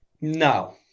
no